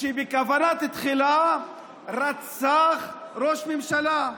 שבכוונה תחילה רצח ראש ממשלה.